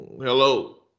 Hello